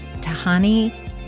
Tahani